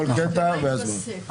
כל קטע וההסבר.